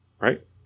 right